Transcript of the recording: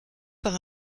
par